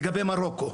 לגבי מרוקו,